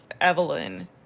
Evelyn